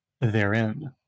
therein